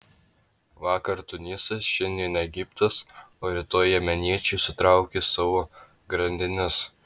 vakar tunisas šiandien egiptas o rytoj jemeniečiai sutraukys savo grandines